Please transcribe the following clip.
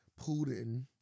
Putin